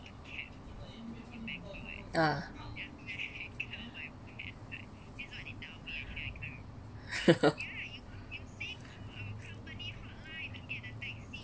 ah